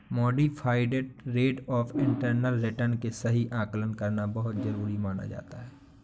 modified rate of internal return के सही आकलन करना बहुत जरुरी माना जाता है